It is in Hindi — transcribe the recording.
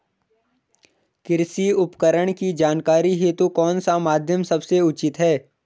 कृषि उपकरण की जानकारी हेतु कौन सा माध्यम सबसे उचित है?